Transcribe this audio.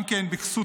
גם כן בכסות